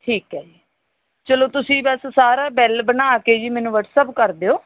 ਠੀਕ ਹੈ ਜੀ ਚਲੋ ਤੁਸੀਂ ਬਸ ਸਾਰਾ ਬਿਲ ਬਣਾ ਕੇ ਜੀ ਮੈਨੂੰ ਵਟਸਐਪ ਕਰ ਦਿਓ